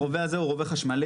הרובה הזה הוא רובה חשמלי.